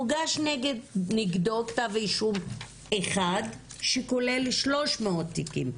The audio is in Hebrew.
הוגש נגדו כתב אישום אחד שכולל 300 תיקים.